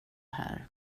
här